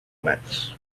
mats